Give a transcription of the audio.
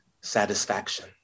satisfaction